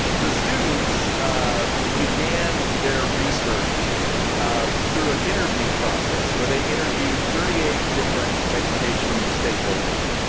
the students began their research through an interview process where they interviewed thirty eight different education stakeholders.